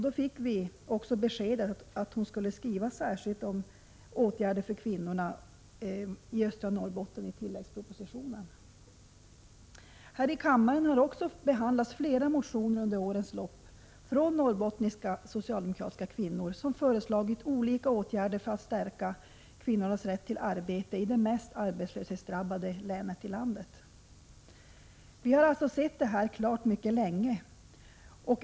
Då fick vi också beskedet att hon skulle skriva särskilt om åtgärder för kvinnorna i östra Norrbotten i tilläggspropositionen. Här i kammaren har också behandlats flera motioner under årens lopp från norrbottniska socialdemokratiska kvinnor, som föreslagit olika åtgärder för att stärka kvinnornas rätt till arbete i det mest arbetslöshetsdrabbade länet i landet. Vi socialdemokrater har alltså länge sett det här mycket klart.